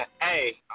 Hey